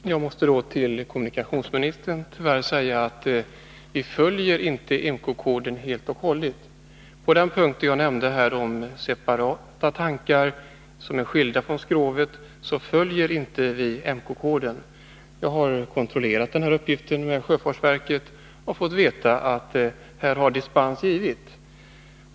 Herr talman! Jag måste till kommunikationsministern tyvärr säga att vi inte fullt ut följer IMCO-koden. När det gäller det av mig nämnda kravet på separata tankar, skilda från skrovet, följer vi inte denna kod. Jag har kontrollerat uppgiften härom med sjöfartsverket och fått veta att dispens från detta krav har givits.